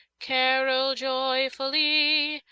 carol joyfully,